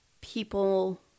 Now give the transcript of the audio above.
people